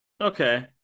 okay